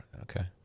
Okay